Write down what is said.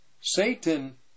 Satan